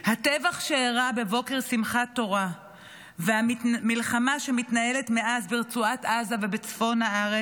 הטבח שאירע בבוקר שמחת תורה והמלחמה שמתנהלת מאז ברצועת עזה ובצפון הארץ